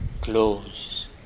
close